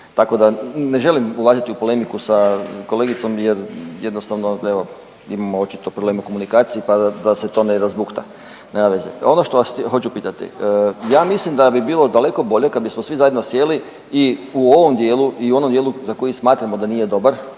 Tako da, ne želim ulaziti u polemiku sa kolegicom jer jednostavno, evo, imamo očito problem u komunikaciji pa da se to ne razbukta. Nema veze. Ono što vas hoću pitati, ja mislim da bi bilo daleko bolje kad bismo svi zajedno sjeli i u ovom dijelu i u onom dijelu za koji smatramo da nije dobar,